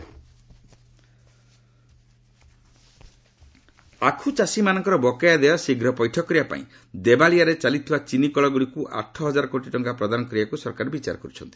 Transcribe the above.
Paswan sugar package ଆଖୁ ଚାଷୀମାନଙ୍କର ବକେୟା ଦେୟ ଶୀଘ୍ର ପୈଠ କରିବା ପାଇଁ ଦେବାଳିଆରେ ଚାଲିଥିବା ଚିନି କଳଗୁଡ଼ିକୁ ଆଠହଜାର କୋଟି ଟଙ୍କା ପ୍ରଦାନ କରିବାକୁ ସରକାର ବିଚାର କରୁଛନ୍ତି